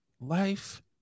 Life